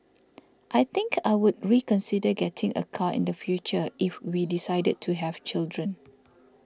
I think I would reconsider getting a car in the future if we decided to have children